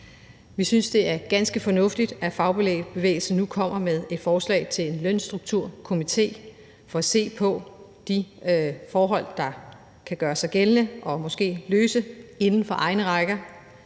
Vi synes, det er ganske fornuftigt, at fagbevægelsen nu kommer med et forslag til en lønstrukturkomité for at se på de forhold, der kan gøres gældende, og måske inden for egne rækker